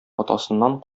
атасыннан